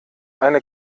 eine